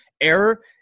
Error